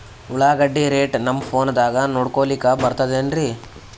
ಉಳ್ಳಾಗಡ್ಡಿ ರೇಟ್ ನಮ್ ಫೋನದಾಗ ನೋಡಕೊಲಿಕ ಬರತದೆನ್ರಿ?